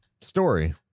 story